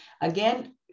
Again